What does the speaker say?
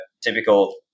typical